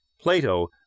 Plato